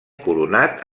coronat